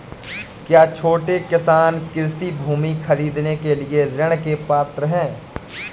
क्या छोटे किसान कृषि भूमि खरीदने के लिए ऋण के पात्र हैं?